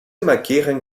markieren